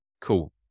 cool